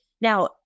now